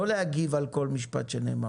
לא להגיב על כל משפט שנאמר.